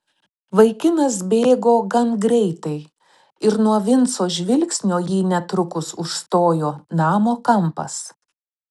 vaikinas bėgo gan greitai ir nuo vinco žvilgsnio jį netrukus užstojo namo kampas